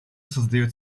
создает